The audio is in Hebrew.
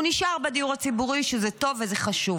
הוא נשאר בדיור הציבורי, שזה טוב וזה חשוב,